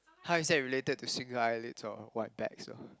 how is that related to single eyelid or wide backs or